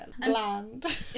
bland